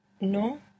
No